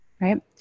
right